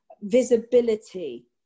visibility